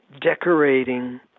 decorating